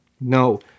No